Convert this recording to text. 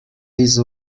this